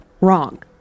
wrong